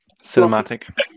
Cinematic